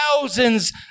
thousands